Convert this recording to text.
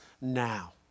now